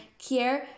Kier